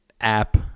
app